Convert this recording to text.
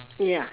ya